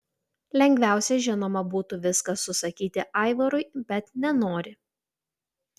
lengviausia žinoma būtų viską susakyti aivarui bet nenori